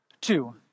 two